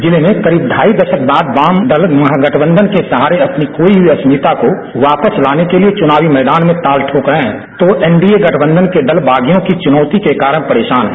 जिले में करीब ढाई दशक बाद वाम दल महागठबंधन के सहारे अपनी खोई हुई अस्मिता को वापस लाने के लिए चुनावी मैदान में ताल ठोक रहे हैं तो एनडीए गठबंधन के दल बागियों की चुनौती के कारण परेशान हैं